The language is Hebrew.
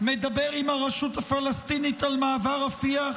מדבר עם הרשות הפלסטינית על מעבר רפיח?